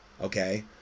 Okay